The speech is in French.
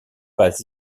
pas